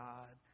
God